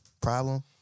Problem